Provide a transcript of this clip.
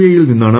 എയിൽ നിന്നാണ്